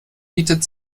bietet